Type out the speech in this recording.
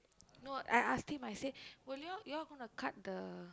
no I asked him I said will you all you all gonna cut the